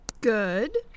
Good